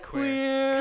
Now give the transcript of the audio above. Queer